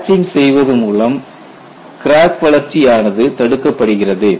patching செய்வது மூலம் crack வளர்ச்சி ஆனது தடுக்கப்படுகிறது